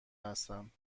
هستند